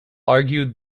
argued